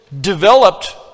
developed